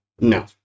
No